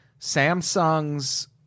Samsung's